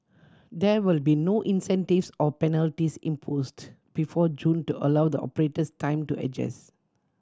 there will be no incentives or penalties imposed before June to allow the operators time to adjust